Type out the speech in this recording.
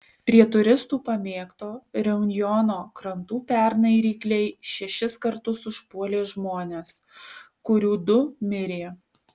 prie turistų pamėgto reunjono krantų pernai rykliai šešis kartus užpuolė žmones kurių du mirė